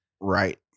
Right